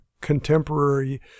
contemporary